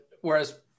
Whereas